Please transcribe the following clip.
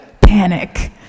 Panic